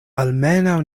almenaŭ